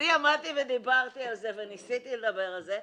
אני עמדתי וניסיתי לדבר על זה,